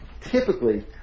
typically